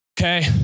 Okay